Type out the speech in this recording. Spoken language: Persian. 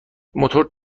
موتور